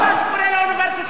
אתה שקורא לה אוניברסיטה.